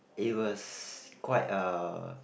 it was quite a